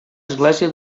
església